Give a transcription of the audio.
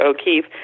O'Keefe